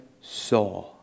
saw